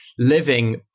living